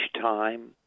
time